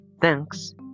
Thanks